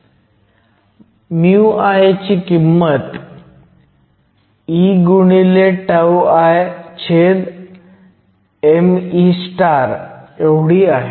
μI ची किंमत eIme आहे